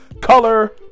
color